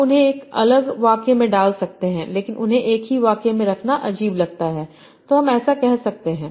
आप उन्हें एक अलग वाक्य में डाल सकते हैं लेकिन उन्हें एक ही वाक्य में रखना अजीब लगता है तो हम ऐसा कह सकते हैं